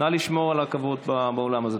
נא לשמור על הכבוד באולם הזה.